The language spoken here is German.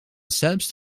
selbst